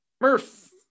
Murph